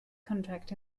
contract